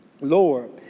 Lord